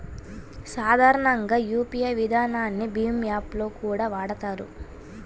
సాధారణంగా యూపీఐ విధానాన్ని భీమ్ యాప్ లో కూడా వాడతారు